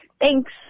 Thanks